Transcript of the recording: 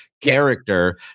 character